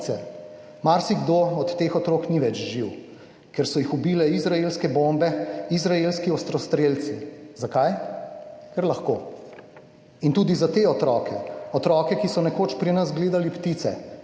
Marsikdo od teh otrok ni več živ, ker so jih ubile izraelske bombe, izraelski ostrostrelci. Zakaj? Ker lahko. In tudi za te otroke, otroke, ki so nekoč pri nas gledali ptice,